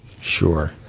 Sure